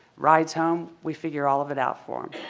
rides home, we figure all of it out for them.